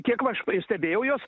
kiek aš stebėjau juos